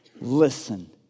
Listen